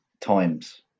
times